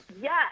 Yes